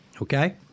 Okay